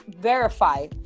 verify